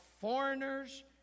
foreigners